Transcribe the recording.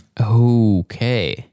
Okay